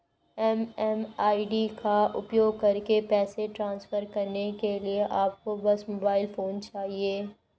MMID का उपयोग करके पैसे ट्रांसफर करने के लिए आपको बस मोबाइल फोन चाहिए